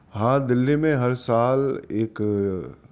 ہاں دلّی میں ہر سال ایک